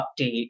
update